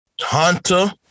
Hunter